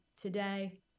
today